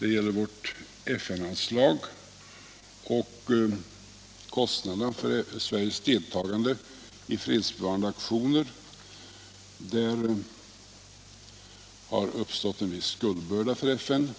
Det gäller vårt FN-anslag och kostnaderna för Sveriges deltagande i fredsbevarande aktioner. Därvidlag har uppstått en viss skuldbörda för FN.